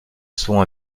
sont